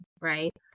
Right